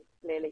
ליישום.